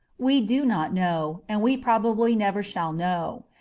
we do not know, and we probably never shall know.